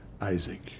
Isaac